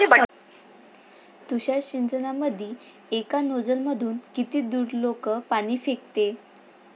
तुषार सिंचनमंदी एका नोजल मधून किती दुरलोक पाणी फेकते?